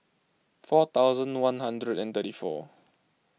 four thousand one hundred and thirty four